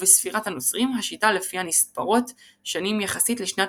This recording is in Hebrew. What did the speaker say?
ובספירת הנוצרים השיטה לפיה נספרות שנים יחסית לשנת